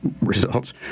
results